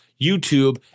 YouTube